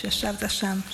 שישבת שם,